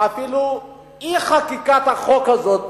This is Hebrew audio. אפילו אי-חקיקת החוק הזה,